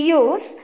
use